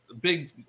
big